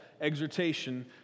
exhortation